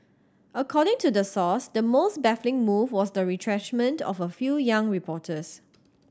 according to the source the most baffling move was the retrenchment of a few young reporters